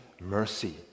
mercy